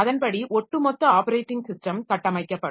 அதன்படி ஒட்டுமொத்த operating system கட்டமைக்கப்படும்